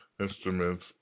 instruments